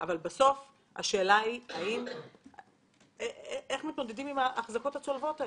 אבל בסוף השאלה היא איך מתמודדים עם ההחזקות הצולבות האלו.